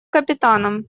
капитаном